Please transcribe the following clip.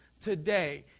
today